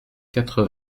quatre